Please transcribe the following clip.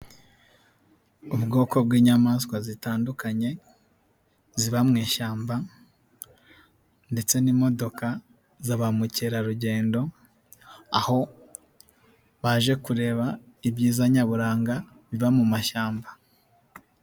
Ubwoko bw'inyamaswa zitandukanye ziba mu shyamba ndetse n'imodoka za ba mukerarugendo, aho baje kureba ibyiza nyaburanga biba mu mashyamba.